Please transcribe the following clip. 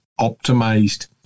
optimized